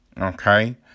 okay